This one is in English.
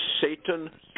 satan